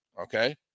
okay